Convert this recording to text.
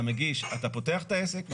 אתה פותח את העסק,